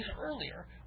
earlier